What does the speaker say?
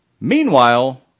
Meanwhile